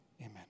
amen